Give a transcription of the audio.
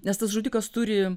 nes tas žudikas turi